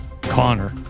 Connor